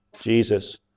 Jesus